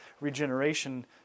regeneration